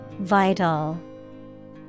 vital